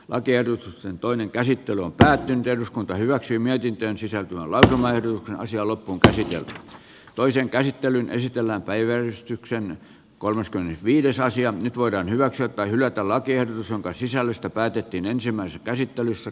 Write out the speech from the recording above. acer toinen käsittely on päättynyt eduskunta hyväksyi mietintöön sisältyolla ensimmäinen asiaa loppuunkäsiteltynä toisen käsittelyn esitellä päivystyksen kolmaskymmenesviides nyt voidaan hyväksyä tai hylätä lakiehdotus jonka sisällöstä päätettiin ensimmäisessä käsittelyssä